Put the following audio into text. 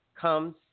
comes